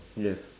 yes